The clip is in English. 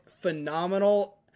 phenomenal